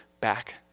back